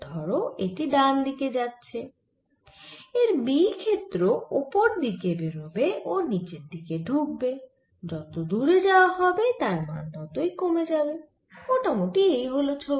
ধরো এটি ডান দিকে যাচ্ছে এর B ক্ষেত্র ওপর দিকে বেরবে ও নিচের দিকে ঢুকবে যত দূরে যাওয়া হবে তার মান ততই কমে যাবে মোটামুটি এই হল ছবি